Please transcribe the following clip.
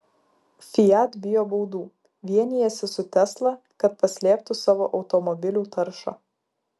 fiat bijo baudų vienijasi su tesla kad paslėptų savo automobilių taršą